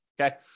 Okay